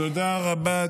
תודה רבה.